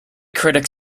critic